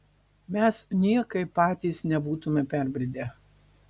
mes niekaip patys nebūtume perbridę